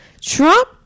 Trump